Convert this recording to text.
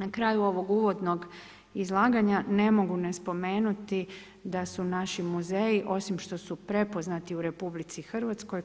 Na kraju ovog uvodnog izlaganja ne mogu ne spomenuti da su naši muzeji osim što su prepoznati u RH